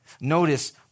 Notice